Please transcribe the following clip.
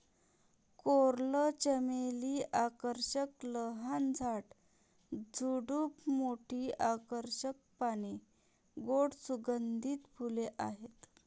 coral चमेली आकर्षक लहान झाड, झुडूप, मोठी आकर्षक पाने, गोड सुगंधित फुले आहेत